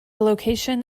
location